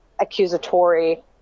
accusatory